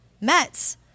Mets